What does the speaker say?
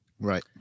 Right